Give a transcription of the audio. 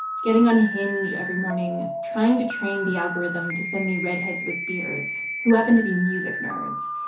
getting on hinge every morning, trying to train the algorithm to send me redheads with beards who happen to be music nerds.